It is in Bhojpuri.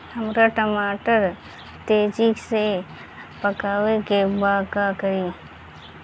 हमरा टमाटर के तेजी से पकावे के बा का करि?